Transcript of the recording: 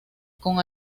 con